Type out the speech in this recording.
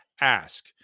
ask